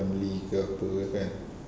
family ke apa ke kan